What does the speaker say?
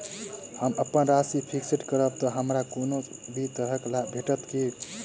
हम अप्पन राशि फिक्स्ड करब तऽ हमरा कोनो भी तरहक लाभ भेटत की?